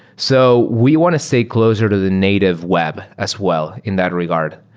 so we want to stay closer to the native web as well in that regard,